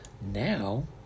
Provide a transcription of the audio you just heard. now